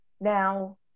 now